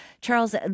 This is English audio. Charles